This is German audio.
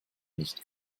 nicht